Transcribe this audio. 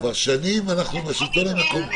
כבר שנים אנחנו עם השלטון המקומי.